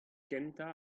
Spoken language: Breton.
kentañ